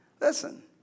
Listen